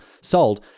sold